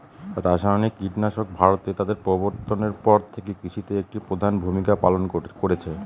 রাসায়নিক কীটনাশক ভারতে তাদের প্রবর্তনের পর থেকে কৃষিতে একটি প্রধান ভূমিকা পালন করেছে